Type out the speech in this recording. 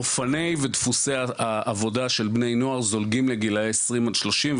אופני ודפוסי העבודה של בני נוער זולגים לגילאי עשרים עד שלושים,